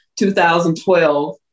2012